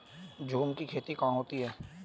झूम की खेती कहाँ होती है?